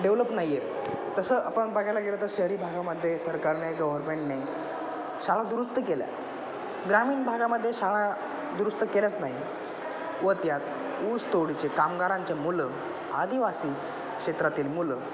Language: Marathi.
डेवलप नाही आहेत तसं आपण बघायला गेलं तर शहरी भागामध्ये सरकारने गव्हर्मेंटने शाळा दुरुस्त केल्या ग्रामीण भागामध्ये शाळा दुरुस्त केल्याच नाही व त्यात ऊस तोडीचे कामगारांचे मुलं आदिवासी क्षेत्रातील मुलं